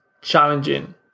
challenging